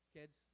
Kids